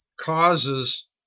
causes